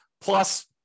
plus